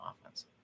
offense